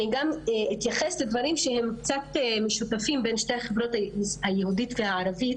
אני אתייחס לדברים שהם משותפים בין שתי החברות היהודית והערבית,